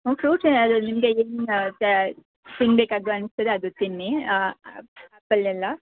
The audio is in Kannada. ಓಕೆ ಓಕೆ ಆದರೆ ನಿಮಗೆ ಅದು ತಿನ್ಬೇಕು ಅದು ಅನಿಸ್ತದೆ ಅದು ತಿನ್ನಿ ಆ್ಯಪ್ ಆ್ಯಪಲ್ ಎಲ್ಲ